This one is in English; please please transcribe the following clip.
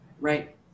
Right